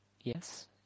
Yes